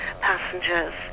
passengers